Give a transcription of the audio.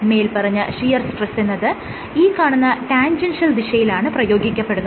മേല്പറഞ്ഞ ഷിയർ സ്ട്രെസെന്നത് ഈ കാണുന്ന ടാൻജെൻഷ്യൽ ദിശയിലാണ് പ്രയോഗിക്കപ്പെടുന്നത്